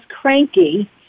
cranky